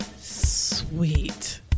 sweet